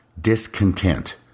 discontent